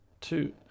two